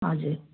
हजुर